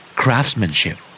craftsmanship